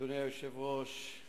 אדוני היושב-ראש,